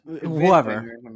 Whoever